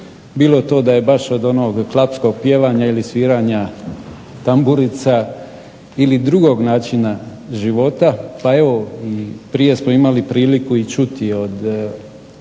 bilo to da je baš od onog klapskog pjevanja ili sviranja tamburica ili drugog načina života, pa evo i prije smo imali priliku i čuti od